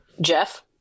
Jeff